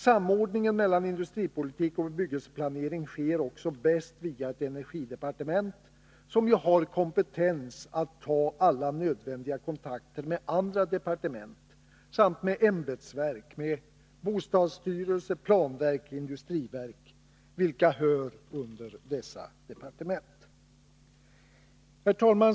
Samordningen mellan industripolitik och bebyggelseplanering sker också bäst via ett energidepartement, som ju har kompetens att ta alla nödvändiga kontakter med andra departement samt med ämbetsverk — bostadsstyrelse, planverk, industriverk — vilka hör under dessa departement.